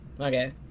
Okay